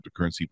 cryptocurrency